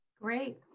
Great